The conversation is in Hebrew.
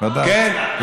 ודאי.